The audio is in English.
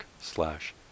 slash